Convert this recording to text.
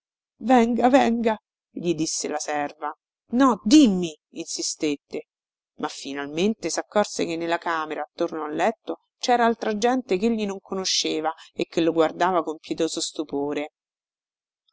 venga venga gli disse la serva no dimmi insistette ma finalmente saccorse che nella camera attorno al letto cera altra gente chegli non conosceva e che lo guardava con pietoso stupore